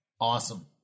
Awesome